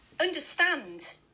understand